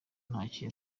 ntacyo